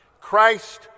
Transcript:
Christ